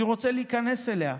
אני רוצה להיכנס אליה,